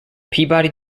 peabody